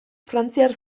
frantziar